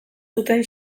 zuten